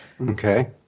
Okay